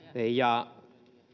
ja